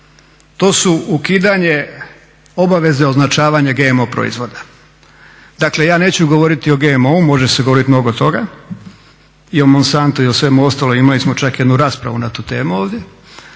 to su ukidanje obaveze označavanja GMO proizvoda. Dakle, ja neću govoriti o GMO-u, može se govoriti mnogo toga i o monsantu i svemu ostalo imali smo čak jednu raspravu na tu temu ovdje.